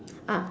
ah